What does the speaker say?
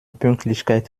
pünktlichkeit